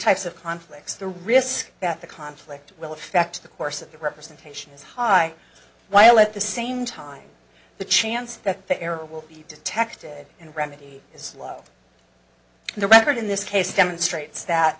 types of conflicts the risk that the conflict will affect the course of the representation is high while at the same time the chance that the error will be detected and remedy is low the record in this case demonstrates that